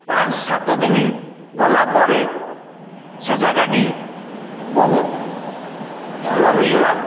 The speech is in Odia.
ପାଞ୍ଚ ସାତ ଦିନ ଗଲା ପରେ ସେ ଯାଗାଟି ବହୁତ ଭଲ ହୋଇଗଲା